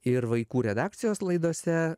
ir vaikų redakcijos laidose